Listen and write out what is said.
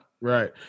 Right